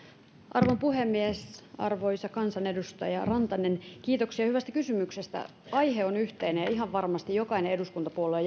arvon puhemies arvoisa kansanedustaja rantanen kiitoksia hyvästä kysymyksestä aihe on yhteinen ja ihan varmasti jokainen eduskuntapuolue